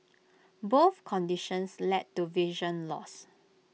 both conditions led to vision loss